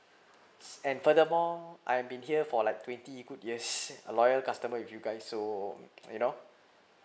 and furthermore I've been here for like twenty good years a loyal customer with you guys so you know